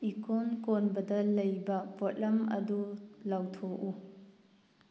ꯏꯀꯣꯟ ꯀꯣꯟꯕꯗ ꯂꯩꯕ ꯄꯣꯠꯂꯝ ꯑꯗꯨ ꯂꯧꯊꯣꯛꯎ